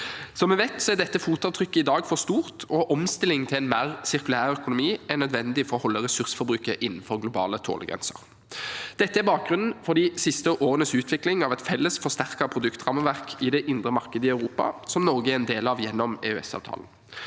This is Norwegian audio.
Som vi vet, er dette fotavtrykket i dag for stort, og omstilling til en mer sirkulær økonomi er nødvendig for å holde ressursforbruket innenfor globale tålegrenser. Dette er bakgrunnen for de siste årenes utvikling av et felles, forsterket produktrammeverk i det indre marked i Europa, som Norge er en del av gjennom EØS-avtalen.